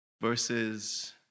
versus